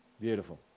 Beautiful